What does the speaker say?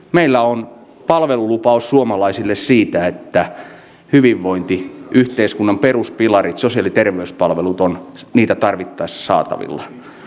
meillä on palvelulupaus suomalaisille siitä että hyvinvointiyhteiskunnan peruspilarit sosiaali ja terveyspalvelut ovat niitä tarvittaessa saatavilla